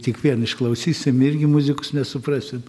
tik vien išklausysim irgi muzikos nesuprasim